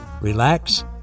relax